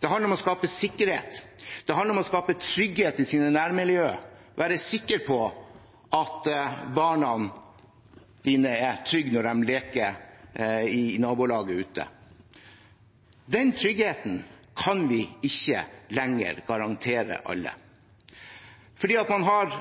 det handler om å skape sikkerhet, det handler om å skape trygghet i sine nærmiljø, være sikker på at barna dine er trygge når de leker ute i nabolaget. Den tryggheten kan vi ikke lenger garantere alle, for man har